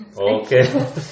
Okay